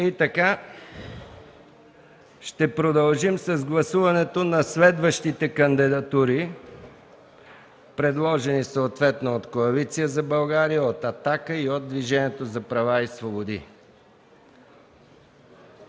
зала. Ще продължим с гласуването на следващите кандидатури, предложени съответно от Коалиция за България, „Атака” и от Движението за права и свободи.